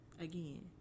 again